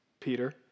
Peter